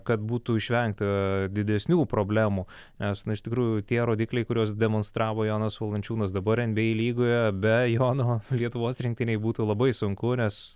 kad būtų išvengta didesnių problemų nes na iš tikrųjų tie rodikliai kuriuos demonstravo jonas valančiūnas dabar enbyei lygoje be jono lietuvos rinktinei būtų labai sunku nes